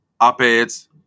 op-eds